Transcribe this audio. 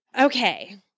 Okay